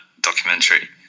documentary